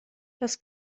das